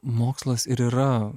mokslas ir yra